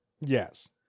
yes